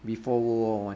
before world war one